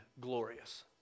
glorious